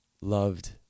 loved